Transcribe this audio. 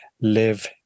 live